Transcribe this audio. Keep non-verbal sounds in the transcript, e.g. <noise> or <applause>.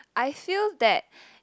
I feel that <breath>